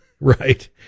right